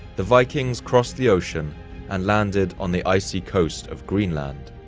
the vikings crossed the ocean and landed on the icy coast of greenland.